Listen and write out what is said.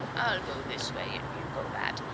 i'll go this way and you go that,